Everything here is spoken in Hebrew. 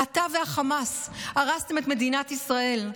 אתה והחמאס הרסתם את מדינת ישראל.